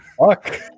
fuck